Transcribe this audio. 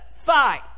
fight